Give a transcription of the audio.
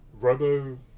robo